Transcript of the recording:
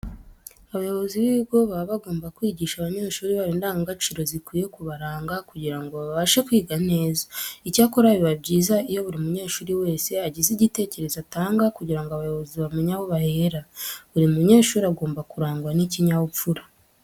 Abayobozi b'ibigo baba bagomba kwigisha abanyeshuri babo indangagaciro zikwiye kubaranga kugira ngo babashe kwiga neza. Icyakora biba byiza iyo buri munyeshuri wese agize igitekerezo atanga kugira ngo abayobozi bamenye aho bahera. Buri munyeshuri agomba kurangwa n'ikinyabupfura.